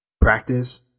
practice